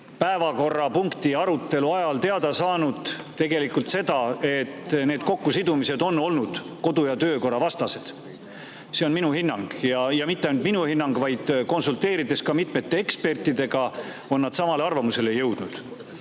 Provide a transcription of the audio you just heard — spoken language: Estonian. päevakorrapunkti arutelu ajal teada saanud, et need kokkusidumised on olnud kodu- ja töökorra vastased. See on minu hinnang, ja mitte ainult minu hinnang. Olen konsulteerinud ka mitmete ekspertidega ja nad on samale arvamusele jõudnud. Ja